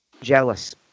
jealous